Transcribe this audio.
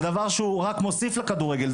זה דבר שהוא רק מוסיף לכדורגל.